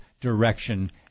direction